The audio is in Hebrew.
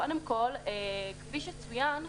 כפי שצוין,